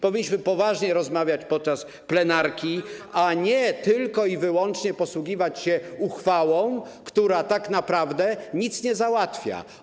Powinniśmy poważnie rozmawiać podczas plenarki, a nie tylko i wyłącznie posługiwać się uchwałą, która tak naprawdę nic nie załatwia.